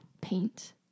paint